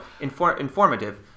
Informative